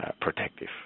protective